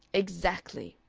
exactly!